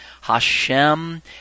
Hashem